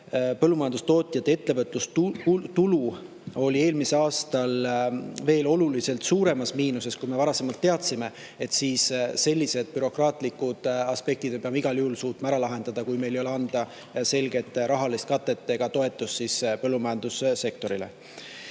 põllumajandustootjate ettevõtlustulu oli eelmisel aastal veel oluliselt suuremas miinuses, kui me varasemalt teadsime. Seega tuleb sellised bürokraatlikud aspektid igal juhul suuta ära lahendada, seda enam, et meil ei ole anda selget rahalist katet ega toetust põllumajandussektorile.